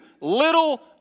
little